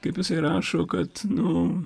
kaip jisai rašo kad nu